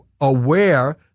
aware